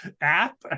app